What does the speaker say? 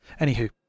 anywho